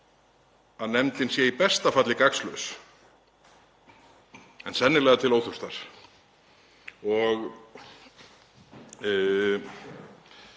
að nefndin væri í besta falli gagnslaus en sennilega til óþurftar.